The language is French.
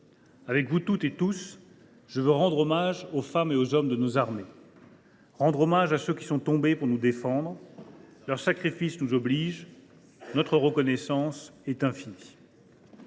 Avec vous toutes et vous tous, je veux rendre hommage aux femmes et aux hommes de nos armées, à ceux qui sont tombés pour nous protéger. Leur sacrifice nous oblige. Notre reconnaissance est infinie.